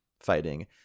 fighting